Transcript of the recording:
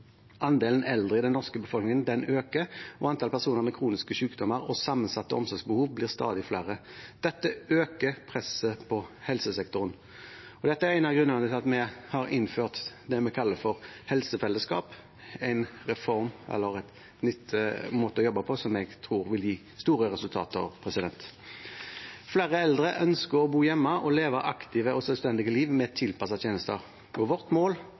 Andelen eldre i den norske befolkningen øker, og antall personer med kroniske sykdommer og sammensatte omsorgsbehov blir stadig flere. Dette øker presset på helsesektoren. Dette er en av grunnene til at vi har innført det vi kaller for helsefellesskap – en ny måte å jobbe på, som jeg tror vil gi store resultater. Flere eldre ønsker å bo hjemme og leve aktive og selvstendige liv med tilpassede tjenester. Vårt mål